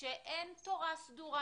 שאין תורה סדורה.